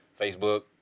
Facebook